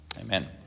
Amen